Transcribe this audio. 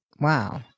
Wow